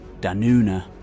Danuna